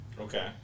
Okay